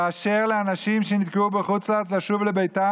תאשר לאנשים שנתקעו בחוץ לארץ לשוב לביתם